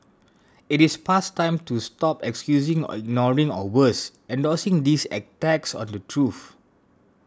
it is past time to stop excusing or ignoring or worse endorsing these attacks on the truth